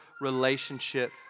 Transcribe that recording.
relationship